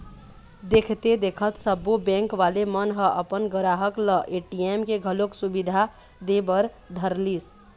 देखथे देखत सब्बो बेंक वाले मन ह अपन गराहक ल ए.टी.एम के घलोक सुबिधा दे बर धरलिस